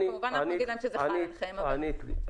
ואנחנו כמובן נגיד להם שזה חל עליהם --- ענית לי.